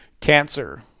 cancer